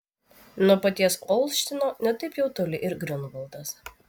nuo paties olštyno ne taip jau toli ir griunvaldas